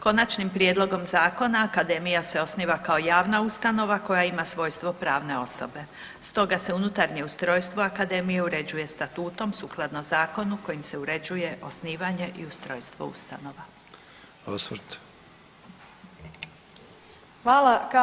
Konačnim prijedlogom zakona, Akademija se osniva kao javna ustanova koja ima svojstvo pravne osobe stoga se unutarnje ustrojstvo Akademije uređuje statutom sukladno zakonu kojim se uređuje osnivanje i ustrojstvo ustanova.